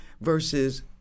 versus